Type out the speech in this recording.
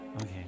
Okay